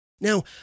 Now